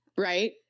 right